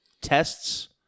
tests